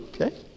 Okay